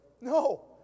No